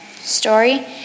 story